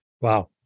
wow